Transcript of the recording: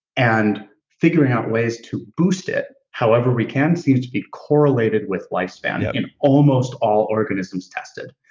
and figuring out ways to boost it however we can seems to be correlated with lifespan yeah in almost all organisms tested.